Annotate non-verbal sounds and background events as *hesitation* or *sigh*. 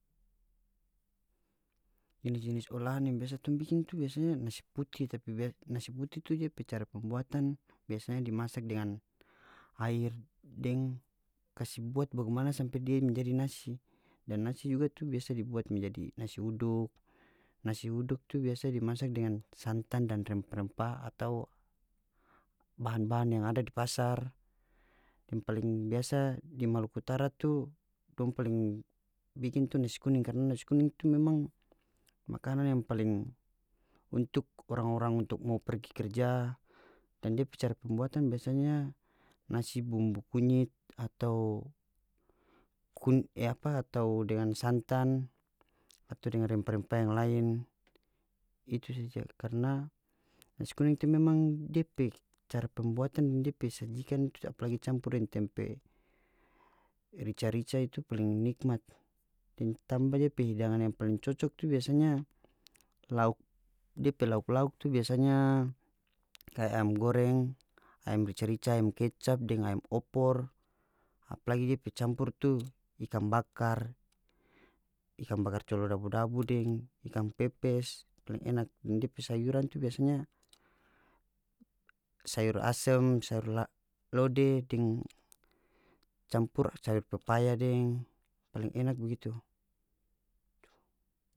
Jenis-jenis olahan yang biasa tong bikin tu biasanya nasi puti tapi *hesitation* nasi puti tu dia pe cara pembuatan biasanya dimasak dengan air deng kasi buat bagimana sampe dia menjadi nasi dan nasi juga itu biasa dibuat menjadi nasi uduk nasi uduk tu biasa dimasak dengan santan dan rempa-rempa atau bahan-bahan yang ada di pasar yang paling biasa di maluku utara tu dong paling bikin tu nasi kuning karna nasi kuning tu memang tu memang makanan yang paling untuk orang-orang untuk mo pergi kerja dan dia pe cara pembuatan biasanya nasi bumbu kunyit atau *hesitation* e apa atau dengan santan atau dengan rempa-rempa yang lain itu saja karna nasi kuning itu memang dia pe cara pembuatan deng dia pe sajikan itu apalagi campur deng tempe rica-rica itu paling nikmat deng tamba depe hidangan yang paling cocok tu biasanya lauk depe lauk-lauk tu biasanya kaya ayam goreng ayam rica-rica ayam kecap deng ayam opor apalagi dia pe campur tu ikan bakar ikan bakar colo dabu-dabu deng ikan pepes paling enak deng dia pe sayuran tu biasanya sayur asem sayur *hesitation* lode deng campur sayur pepaya deng paling enak bagitu.